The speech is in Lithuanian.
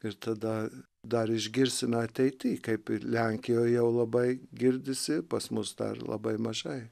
ir tada dar išgirsime ateity kaip lenkijoje jau labai girdisi pas mus dar labai mažai